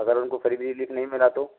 अगर उनको फिर भी रिलीफ नहीं मिला तो